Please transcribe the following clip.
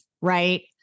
right